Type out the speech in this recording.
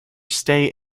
stay